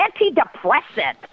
antidepressant